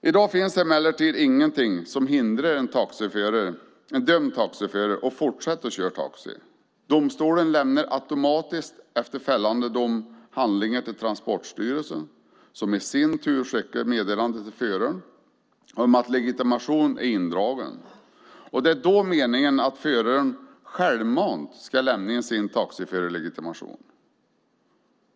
I dag finns emellertid ingenting som hindrar en dömd taxiförare att fortsätta köra taxi. Domstolen lämnar efter fällande dom automatiskt handlingen till Transportstyrelsen, som i sin tur skickar ett meddelande till föraren om att legitimationen är indragen. Det är då meningen att föraren självmant ska lämna in sin taxiförarlegitimation.